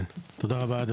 תודה רבה על